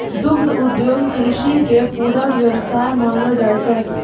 दुग्ध उद्योग कृषि के पूरक व्यवसाय मानलो जाय छै